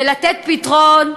ולתת פתרון,